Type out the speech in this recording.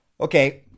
Okay